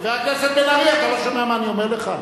חבר הכנסת בן-ארי, אתה לא שומע מה אני אומר לך?